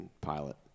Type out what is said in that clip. pilot